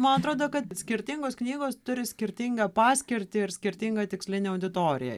man atrodo kad skirtingos knygos turi skirtingą paskirtį ir skirtingą tikslinę auditoriją